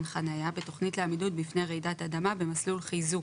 חניה בתכנית לעמידות בפני רעידת אדמה במסלול חיזוק,